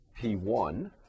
P1